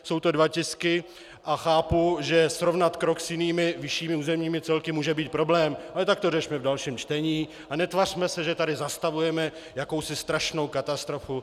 Jsou to dva tisky a chápu, že srovnat krok s jinými vyššími územními celky může být problém, ale tak to řešme v dalším čtení a netvařme se, že tady zastavujeme jakousi strašnou katastrofu.